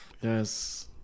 Yes